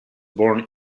born